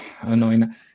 annoying